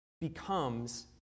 becomes